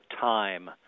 time